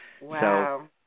Wow